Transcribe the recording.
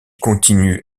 continue